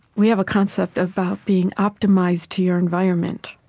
we have a concept about being optimized to your environment.